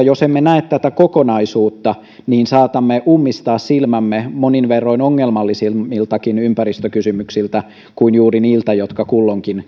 jos emme näe tätä kokonaisuutta niin saatamme ummistaa silmämme monin verroin ongelmallisemmiltakin ympäristökysymyksiltä kuin juuri niiltä jotka kulloinkin